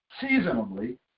seasonably